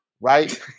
right